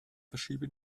verschiebe